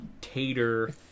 tater